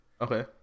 Okay